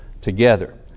together